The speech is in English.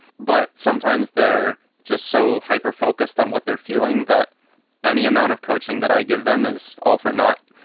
but sometimes they're just so hyper focused on what they're feeling that any amount of coaching that i give them is off or not,